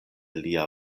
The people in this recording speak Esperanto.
lia